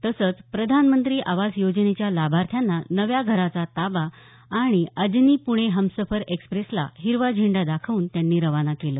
तसंच प्रधानमंत्री आवास योजनेच्या लाभार्थ्यांना नव्या घराचा ताबा आणि अजनी प्णे हमसफर एक्स्प्रेसला हिरवा झेंडा दाखवून त्यांनी खाना केलं